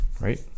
Right